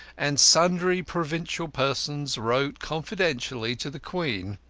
and sundry provincial persons wrote confidentially to the queen.